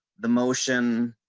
the motion.